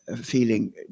feeling